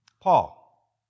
Paul